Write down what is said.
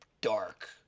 dark